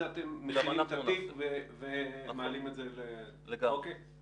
זה אתם מכינים אתה תיק ומעלים את זה ל --- גם אנחנו נעשה.